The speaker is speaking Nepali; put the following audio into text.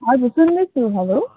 हजुर सुन्दैछु हेलो